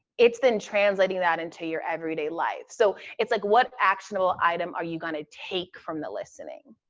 it's then translating that into your everyday life. so it's like, what actionable item are you gonna take from the listening?